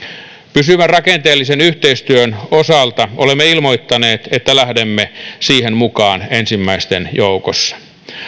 pysyvän rakenteellisen yhteistyön osalta olemme ilmoittaneet että lähdemme siihen mukaan ensimmäisten joukossa